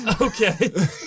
okay